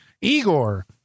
Igor